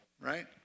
Right